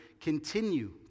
continue